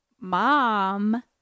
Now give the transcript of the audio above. mom